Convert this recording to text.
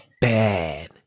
bad